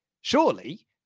Surely